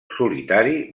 solitari